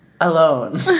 Alone